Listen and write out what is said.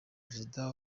perezida